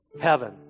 heaven